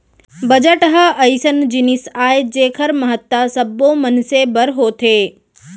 budget ह अइसन जिनिस आय जेखर महत्ता सब्बो मनसे बर होथे